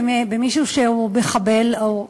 במישהו שהוא מחבל או,